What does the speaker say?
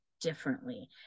differently